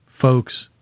Folks